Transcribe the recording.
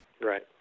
Right